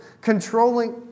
controlling